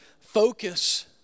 focus